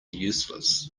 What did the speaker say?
useless